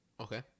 Okay